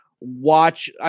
watch